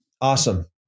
awesome